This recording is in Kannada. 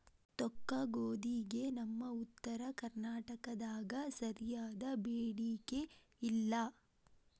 ತೊಕ್ಕಗೋಧಿಗೆ ನಮ್ಮ ಉತ್ತರ ಕರ್ನಾಟಕದಾಗ ಸರಿಯಾದ ಬೇಡಿಕೆ ಇಲ್ಲಾ